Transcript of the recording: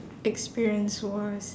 experience was